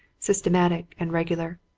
systematic, and regular.